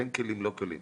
כן כלים, לא כלים